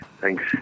Thanks